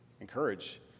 encourage